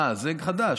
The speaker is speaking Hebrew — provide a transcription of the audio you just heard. אה, זה חדש.